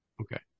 Okay